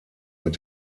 mit